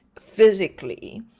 physically